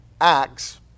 Acts